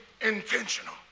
intentional